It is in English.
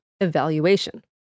evaluation